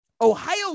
Ohio